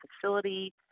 facility